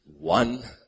One